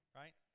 right